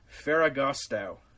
Ferragosto